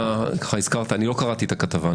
לא קראתי את הכתבה.